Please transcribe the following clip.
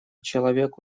человек